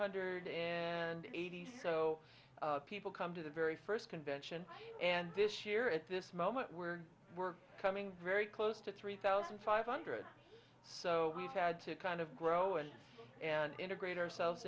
hundred eighty so people come to the very first convention and this year at this moment we're we're coming very close to three thousand five hundred so we've had to kind of grow and integrate ourselves